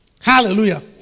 Hallelujah